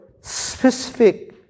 specific